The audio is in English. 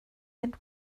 and